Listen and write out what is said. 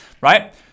right